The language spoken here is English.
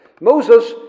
Moses